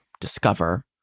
discover